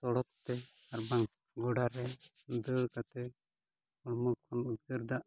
ᱥᱚᱲᱚᱠᱛᱮ ᱟᱨ ᱵᱟᱝ ᱜᱚᱰᱟ ᱨᱮ ᱫᱟᱹᱲ ᱠᱟᱛᱮᱫ ᱦᱚᱲᱢᱚ ᱠᱷᱚᱱ ᱩᱫᱽᱜᱟᱹᱨ ᱫᱟᱜ